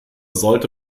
sollte